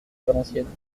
valenciennes